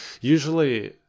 usually